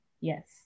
yes